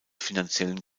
finanziellen